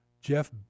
Jeff